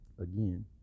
again